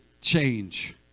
change